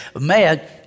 mad